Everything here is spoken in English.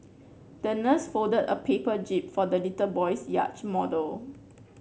the nurse folded a paper jib for the little boy's yacht model